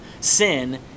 sin